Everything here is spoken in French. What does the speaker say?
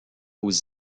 aux